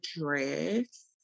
dress